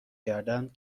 کردند